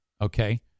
Okay